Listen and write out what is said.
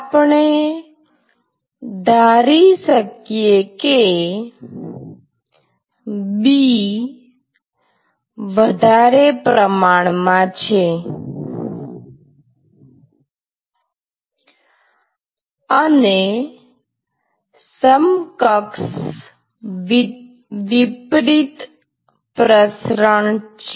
આપણે ધારી શકીએ કે B વધારે પ્રમાણમાં છે અને સમકક્ષ વિપરીત પ્રસરણ છે